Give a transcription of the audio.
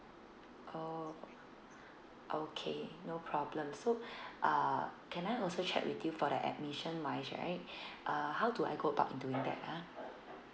oh okay no problem so uh can I also check with you for the admission wise right uh how do I go about doing that ah